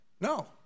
No